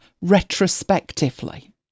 retrospectively